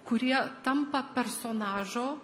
kurie tampa personažo